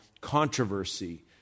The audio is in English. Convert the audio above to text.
controversy